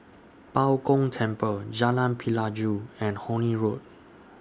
Bao Gong Temple Jalan Pelajau and Horne Road